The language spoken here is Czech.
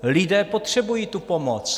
Lidé potřebují tu pomoc.